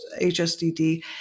HSDD